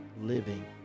living